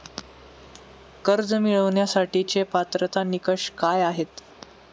कर्ज मिळवण्यासाठीचे पात्रता निकष काय आहेत?